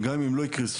וגם אם לא יקרסו,